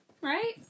Right